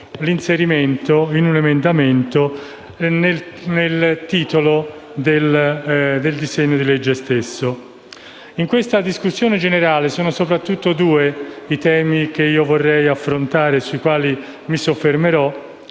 emendamento, il suo inserimento nel titolo dello stesso disegno di legge. In questa discussione generale sono soprattutto due i temi che vorrei affrontare e sui quali mi soffermerò.